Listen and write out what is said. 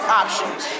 options